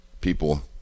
People